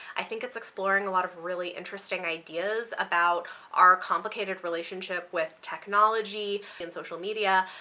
i think it's exploring a lot of really interesting ideas about our complicated relationship with technology and social media,